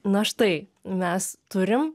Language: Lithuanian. na štai mes turim